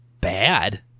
bad